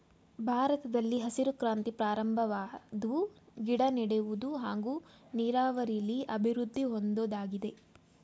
ಭಾರತದಲ್ಲಿ ಹಸಿರು ಕ್ರಾಂತಿ ಪ್ರಾರಂಭವಾದ್ವು ಗಿಡನೆಡುವುದು ಹಾಗೂ ನೀರಾವರಿಲಿ ಅಭಿವೃದ್ದಿ ಹೊಂದೋದಾಗಿದೆ